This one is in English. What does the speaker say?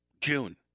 June